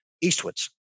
eastwards